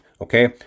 okay